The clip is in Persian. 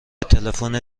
تلفن